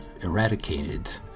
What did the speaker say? eradicated